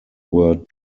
word